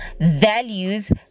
values